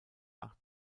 acht